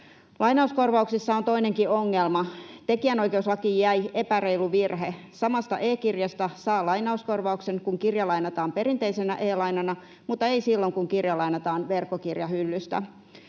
Lainauskorvauksissa on toinenkin ongelma. Tekijänoikeuslakiin jäi epäreilu virhe. Samasta e-kirjasta saa lainauskorvauksen, kun kirja lainataan perinteisenä e-lainana, mutta ei silloin, kun kirja lainataan verkkokirjahyllystä.